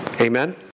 Amen